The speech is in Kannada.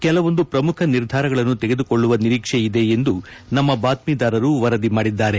ಕೆಲವೊಂದು ಪ್ರಮುಖ ನಿರ್ಧಾರಗಳನ್ನು ತೆಗೆದುಕೊಳ್ಳುವ ನಿರೀಕ್ಷೆ ಇದೆ ಎಂದು ನಮ್ನ ಬಾತ್ತೀದಾರರು ವರದಿ ಮಾಡಿದ್ದಾರೆ